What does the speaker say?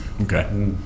Okay